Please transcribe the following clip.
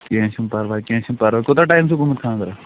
کیٚنٛہہ چھُنہٕ پرواے کیٚنٛہہ چھُنہٕ پرواے کوٗتاہ ٹایِم چھُ گوٚمُت خانٛدرس